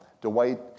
Dwight